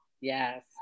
Yes